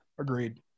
Agreed